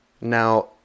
Now